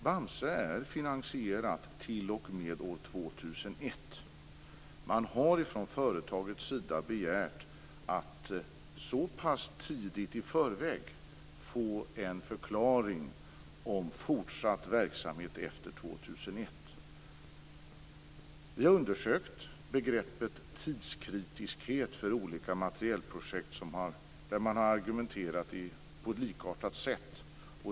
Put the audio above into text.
Bamse är finansierat t.o.m. år 2001. Företaget har begärt att så tidigt som möjligt få en förklaring om fortsatt verksamhet efter 2001. Vi har undersökt begreppet tidskritiskhet för olika materielprojekt. Man har argumenterat på ett likartat sätt.